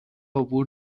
عبور